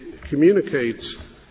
communicates